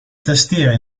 tastiere